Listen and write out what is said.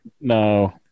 No